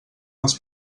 els